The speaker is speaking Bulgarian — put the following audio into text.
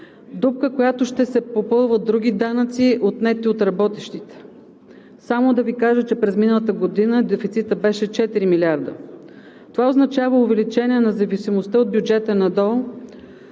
дупка, която ще се попълва от други данъци, отнети от работещите. Само да Ви кажа, че през миналата година дефицитът беше 4 милиарда. Това означава увеличение на зависимостта от бюджета на